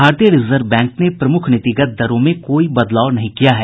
भारतीय reserve bank ने प्रमुख नीतिगत दरों में कोई बदलाव नहीं किया है